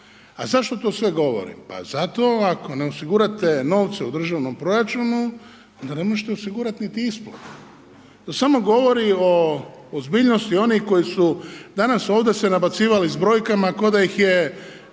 A zašto to sve govorim? Pa zato ako ne osigurate novce u državnom proračunu onda ne možete osigurati niti isplatu. To samo govori o ozbiljnosti onih koji su danas ovdje se nabacivali s brojkama kao da ih je